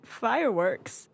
fireworks